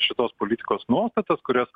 šitos politikos nuostatas kurios